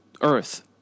Earth